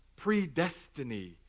Predestiny